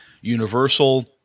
universal